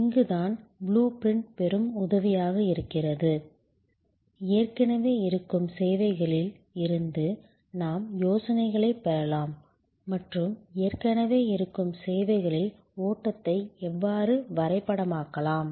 இங்குதான் blueprint பெரும் உதவியாக இருக்கிறது ஏற்கனவே இருக்கும் சேவைகளில் இருந்து நாம் யோசனைகளைப் பெறலாம் மற்றும் ஏற்கனவே இருக்கும் சேவைகளில் ஓட்டத்தை எவ்வாறு வரைபடமாக்கலாம்